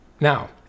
now